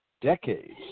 decades